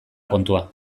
kontua